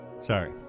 Sorry